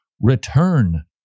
return